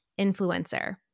influencer